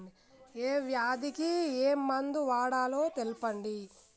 ఏ వ్యాధి కి ఏ మందు వాడాలో తెల్పండి?